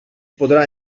podrà